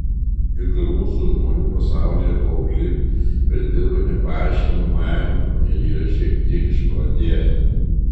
juk ir mūsų žmonių pasaulyje paaugliai pridirba nepaaiškinamų eibių ir yra šiek tiek išprotėję